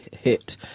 hit